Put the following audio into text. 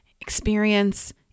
experience